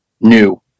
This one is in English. new